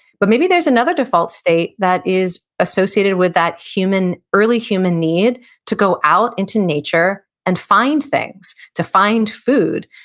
but maybe there's another default state that is associated with that early human need to go out into nature and find things, to find food,